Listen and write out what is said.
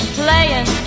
playing